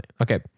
Okay